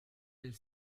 mille